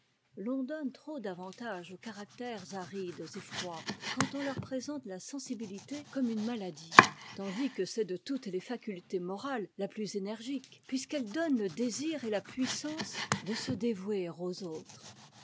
l'on donne trop d'avantage aux caractères arides'et froids quand on leur présente la sensibilité comme une maladie tandis que c'est de toutes les facultés morales la plus énergique puisqu'elle donne le désir et la puissance de se dévouer aux autres